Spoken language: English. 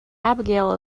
abigail